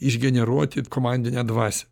išgeneruoti komandinę dvasią